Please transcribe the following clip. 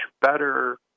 better